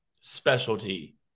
specialty